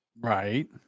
Right